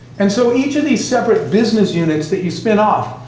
and so each of these separate business units that you spin off,